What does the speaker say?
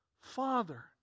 father